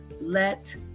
Let